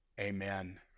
amen